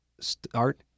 start